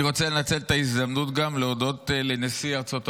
אני רוצה לנצל את ההזדמנות גם להודות לנשיא ארצות הברית,